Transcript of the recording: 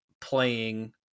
playing